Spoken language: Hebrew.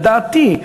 לדעתי,